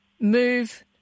move